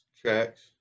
tracks